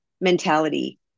mentality